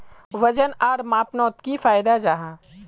वजन आर मापनोत की फायदा जाहा?